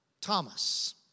Thomas